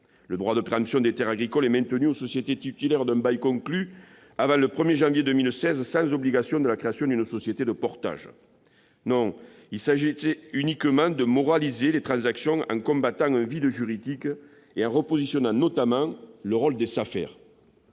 Le droit de préemption des terres agricoles est maintenu aux sociétés titulaires d'un bail conclu avant le 1 janvier 2016, sans obligation de création d'une société de portage. Non, il s'agissait uniquement de moraliser les transactions, en comblant un vide juridique et en repositionnant le rôle des SAFER.